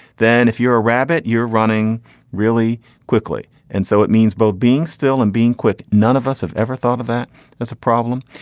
then if you're a rabbit you're running really quickly. and so it means both being still and being quick. none of us have ever thought of that as a problem.